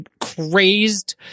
crazed